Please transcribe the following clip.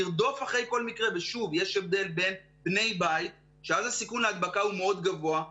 יש הבדל בין בני בית שאז הסיכון להדבקה הוא מאוד גבוה,